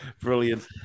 Brilliant